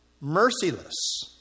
merciless